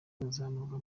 bazamurwa